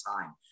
time